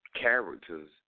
Characters